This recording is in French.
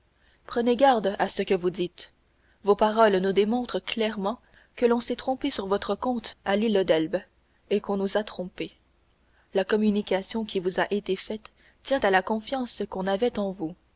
prenez garde à ce que vous dites vos paroles nous démontrent clairement que l'on s'est trompé sur votre compte à l'île d'elbe et qu'on nous a trompés la communication qui vous a été faite tient à la confiance qu'on avait en vous